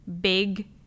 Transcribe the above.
big